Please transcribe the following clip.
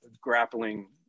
grappling